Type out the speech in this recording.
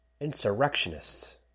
insurrectionists